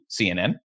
CNN